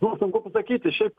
nu sunku pasakyti šiaip